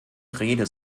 rede